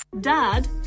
Dad